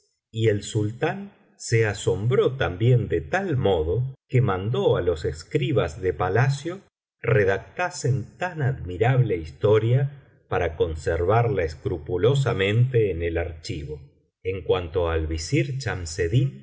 y el sultán se asombró también de tal modo que mandó á los escribas de palacio redactasen tan admirable historia para conservarla escrupulosamente en el archivo en cuanto al visir